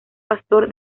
pastor